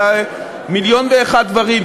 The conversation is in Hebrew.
ומיליון אחד ודברים,